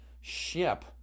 ship